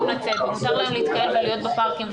לצאת ומותר להם להתקרב ולהיות בפארקים,